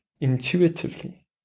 intuitively